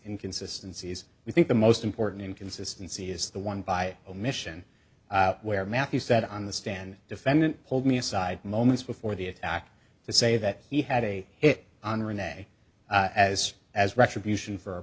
inconsistency is we think the most important inconsistency is the one by omission where matthew said on the stand defendant pulled me aside moments before the attack to say that he had a hit on renee as as retribution for a